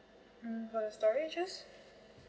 mm for the storages